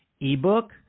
ebook